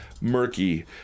murky